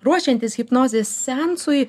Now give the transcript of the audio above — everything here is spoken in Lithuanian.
ruošiantis hipnozės seansui